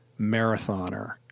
Marathoner